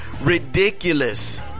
ridiculous